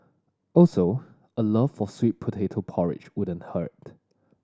also a love for sweet potato porridge wouldn't hurt